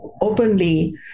openly